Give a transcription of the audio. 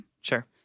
Sure